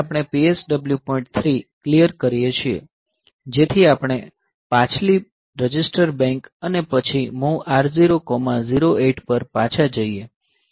3 clear કરીએ છીએ જેથી આપણે પાછલી રજિસ્ટર બેંક અને પછી MOV R008 પર પાછા જઈએ